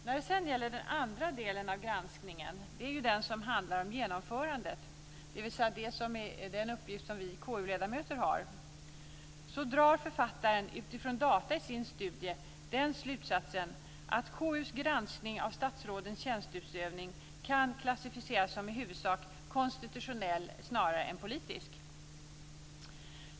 När det sedan gäller den andra delen av granskningen - den som handlar om genomförandet, dvs. den uppgift som vi KU-ledamöter har - drar författaren, utifrån data i sin studie, den slutsatsen att KU:s granskning av statsrådens tjänsteutövning kan klassificeras som i huvudsak konstitutionell snarare än politisk.